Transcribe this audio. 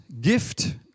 gift